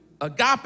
agape